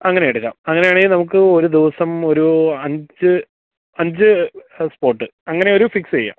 അങ്ങനെയെടുക്കാം അങ്ങനെയാണെങ്കില് നമുക്കൊരു ദിവസം ഒരു അഞ്ച് അഞ്ച് സ്പോട്ട് അങ്ങനെയൊരു ഫിക്സ് ചെയ്യാം